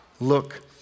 look